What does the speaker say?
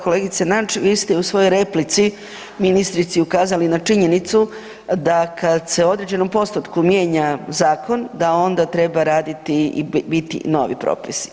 Kolegice Nađ, vi ste i u svojoj replici ministrici ukazali na činjenicu da kad se u određenom postotku mijenja zakon da onda treba raditi i biti novi propis.